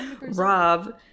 Rob